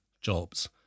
jobs